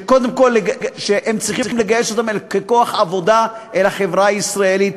שקודם כול הם צריכים לגייס אותם ככוח עבודה אל החברה הישראלית,